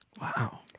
Wow